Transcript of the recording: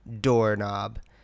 doorknob